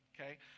Okay